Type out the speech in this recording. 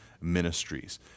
ministries